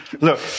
Look